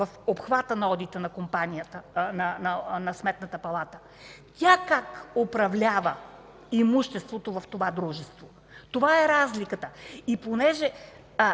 в обхвата на одита на Сметната палата, как управлява имуществото в това дружество. Това е разликата. И понеже